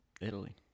Italy